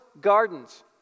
gardens